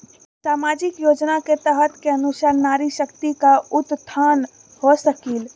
सामाजिक योजना के तहत के अनुशार नारी शकति का उत्थान हो सकील?